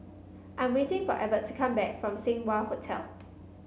I'm waiting for Evert to come back from Seng Wah Hotel